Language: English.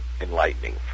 enlightening